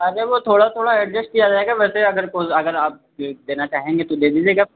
अगर वह थोड़ा थोड़ा एडजस्ट किया जाएगा वैसे अगर को अगर आप देना चाहेंगे तो दे दीजिएगा